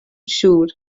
siŵr